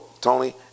Tony